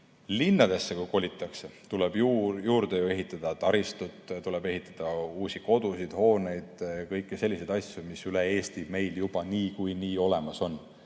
linnadesse kolitakse, tuleb juurde ehitada taristut, tuleb ehitada uusi kodusid, hooneid ja kõiki selliseid asju, mis meil üle Eesti juba niikuinii olemas on.